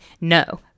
No